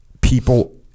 people